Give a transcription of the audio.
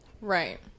Right